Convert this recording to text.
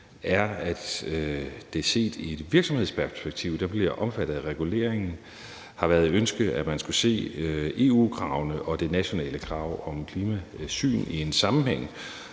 er, at det set i et virksomhedsperspektiv, der bliver omfattet af reguleringen, har været et ønske, at man skulle se EU-kravene og det nationale krav om klimasyn i en sammenhæng,